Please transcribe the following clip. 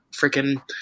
freaking